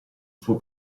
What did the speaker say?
suo